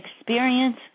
experience